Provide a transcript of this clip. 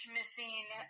Missing